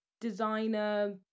designer